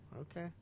Okay